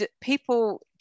people